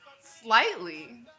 slightly